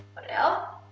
what else?